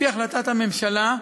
על-פי החלטת הממשלה,